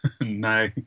No